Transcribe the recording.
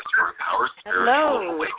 Hello